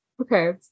okay